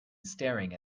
staring